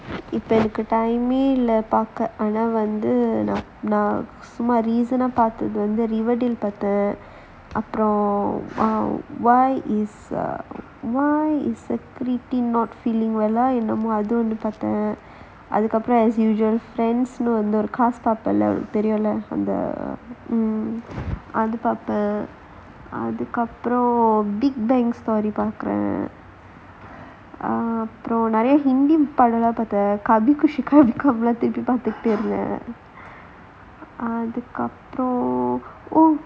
இப்ப எனக்கு இல்ல பாக்க ஆனா வந்து நான் சும்மா பாத்தது வந்து பாத்தேன்:ippa enakku illa paaka vanthu naan summa pathathu vanthu paathaen why is a why is the என்னமோ அத ஒண்ணு பாத்தேன் அதுக்கு அப்புறம் ஒன்னு ஒரு பாத்தேலே உனக்கு தெரியும்ல அத பாப்பேன் அதுக்கு அப்புறம் பாப்பேன் அப்புறம் நிறையா படமெல்லாம் பாத்தேன் பாத்துகிட்டே இருந்தேன் அதுக்கு அப்புறம்:ennamo atha onnu paathaen athukku appuram onnu oru paathella unakku theriyumala atha paapaen athukku appuram paapaen appuram niraiya padamellaam paathaen paathukittae irunthaen athukku appuram